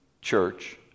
church